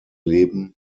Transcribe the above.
leben